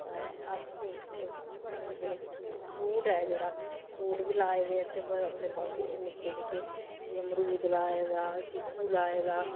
ऐं फ्रूट ऐ जेह्ड़ा फ्रूट बी लाए दे असें अपने बागे च निक्के निक्के जि'यां मरूद लाए दा चीकू लाए दा